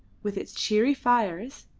with its cheery fires,